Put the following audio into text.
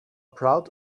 proud